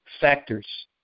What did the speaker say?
factors